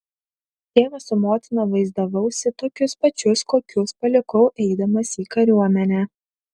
tėvą su motina vaizdavausi tokius pačius kokius palikau eidamas į kariuomenę